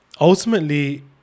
ultimately